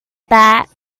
that